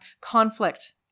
conflict